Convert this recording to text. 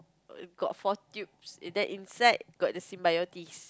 got four tubes in then inside there's symbiotes